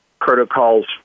protocols